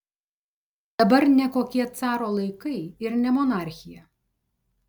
dabar ne kokie caro laikai ir ne monarchija